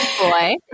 Boy